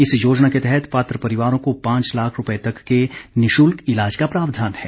इस योजना के तहत पात्र परिवारों को पांच लाख रुपये तक के निःशुल्क ईलाज का प्रावधान है